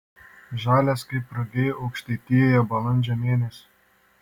žalias kaip rugiai aukštaitijoje balandžio mėnesį